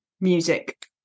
music